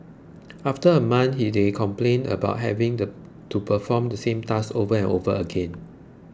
after a month they complained about having to perform the same task over and over again